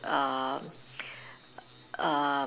uh uh